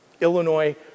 Illinois